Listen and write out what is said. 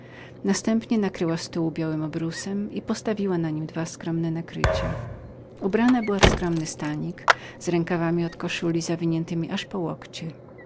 następnie nakryła stół białym obrusem i postawiła dwa skromne nakrycia które zdawały się niby oczekiwać na małżonków leonora ubraną była w skromny stanik z rękawami od koszuli zawiniętemi aż po łokcie